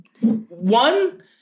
one